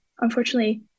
Unfortunately